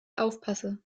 aufpasse